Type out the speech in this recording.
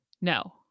No